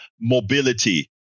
mobility